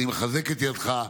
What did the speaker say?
אני מחזק את ידך.